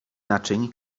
naczyń